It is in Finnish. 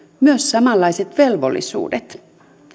myös samanlaiset velvollisuudet